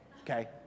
Okay